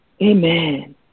Amen